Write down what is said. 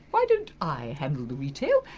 why don't i handle the retail,